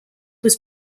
was